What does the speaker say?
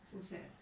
so sad ah